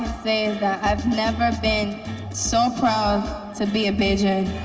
say is that i've never been so proud to be a